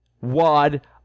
wad